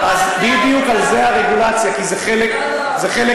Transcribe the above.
בדיוק על זה הרגולציה, כי זה חלק מהעניין.